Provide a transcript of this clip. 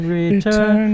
return